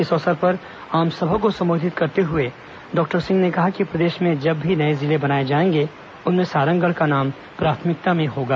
इस अवसर पर आमसभा को संबोधित करते हुए डॉक्टर सिंह ने कहा कि प्रदेश में जब भी नए जिले बनाए जाएंगे उनमें सारंगढ़ का नाम प्राथमिकता में होगा